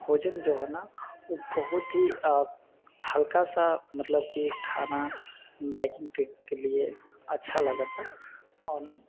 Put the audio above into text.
भोजन जो ह न ओ बहुत ही हल्का सा मतलब की खाना बाइकिंग ट्रिप के लिए अच्छा लागता आओर